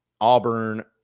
Auburn –